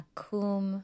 Akum